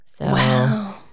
Wow